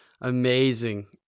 amazing